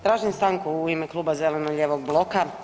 Tražim stanku u ime Kluba zeleno-lijevog bloka.